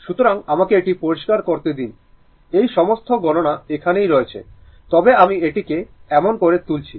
সুতরাং আমাকে এটি পরিষ্কার করতে দিন এই সমস্ত গণনা এইখানে রয়েছে তবে আমি এটিকে এমন করে তুলছি